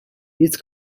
each